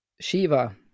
Shiva